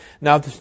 Now